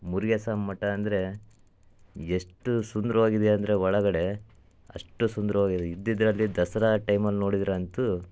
ಮುರ್ಗೇಸ್ವಾಮಿ ಮಠ ಅಂದರೆ ಎಷ್ಟು ಸುಂದರವಾಗಿದೆ ಅಂದರೆ ಒಳಗಡೆ ಅಷ್ಟು ಸುಂದರವಾಗಿದೆ ಇದ್ದಿದ್ರಲ್ಲಿ ದಸರಾ ಟೈಮಲ್ಲಿ ನೋಡಿದ್ರೆ ಅಂತೂ